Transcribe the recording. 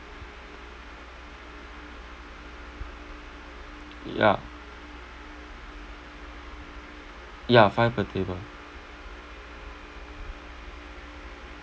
yeah yeah five per table